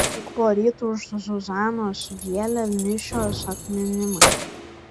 juk poryt už zuzanos vėlę mišios atminimai